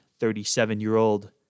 37-year-old